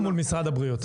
או מול משרד הבריאות?